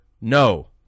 no